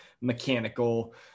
mechanical